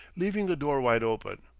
leaving the door wide open.